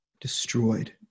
destroyed